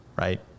Right